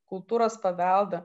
kultūros paveldą